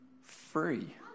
free